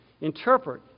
interpret